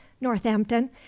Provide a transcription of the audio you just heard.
Northampton